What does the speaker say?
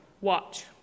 Watch